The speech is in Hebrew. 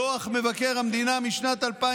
דוח מבקר המדינה משנת 2020